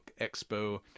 Expo